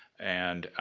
and,